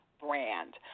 brand